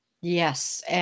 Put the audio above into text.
Yes